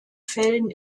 fällen